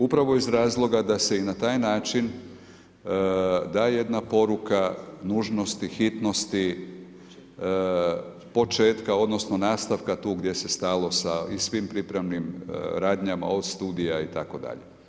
Upravo iz razloga da se i na taj način da jedna poruka nužnosti, hitnosti, početka odnosno nastavka tu gdje se stalo sa i svim pripremnim radnjama od studija itd.